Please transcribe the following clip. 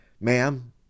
ma'am